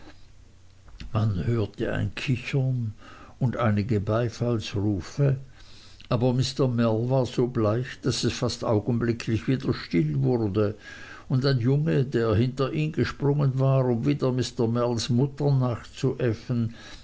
man hörte ein kichern und einige beifallsrufe aber mr mell war so bleich daß es fast augenblicklich wieder still wurde und ein junge der hinter ihn gesprungen war um wieder mr mells mutter nachzuäffen